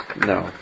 No